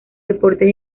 deportes